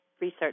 research